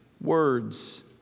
Words